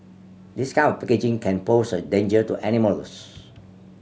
this kind of packaging can pose a danger to animals